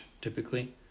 typically